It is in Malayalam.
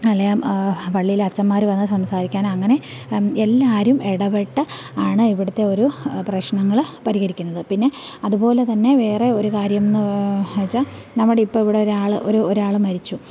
അല്ലേൽ പള്ളീലച്ചന്മാര് വന്ന് സംസാരിക്കാനങ്ങനെ എല്ലാവരും ഇടപെട്ട് ആണ് ഇവിടുത്ത ഒരു പ്രശ്നങ്ങള് പരിഹരിക്കുന്നത് പിന്നെ അതുപോലെ തന്നെ വേറെ ഒരു കാര്യമെന്ന് വച്ചാൽ നമ്മുടെ ഇപ്പോൾ ഇവിടൊരാള് ഒരു ഒരാള് മരിച്ചു